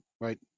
right